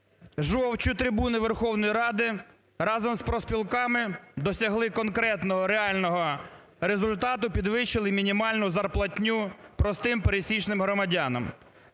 жовчу трибуну Верховної Ради разом з профспілками досягли конкретного, реального результату, підвищили мінімальну зарплатню простим пересічним громадянам.